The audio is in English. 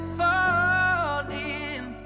falling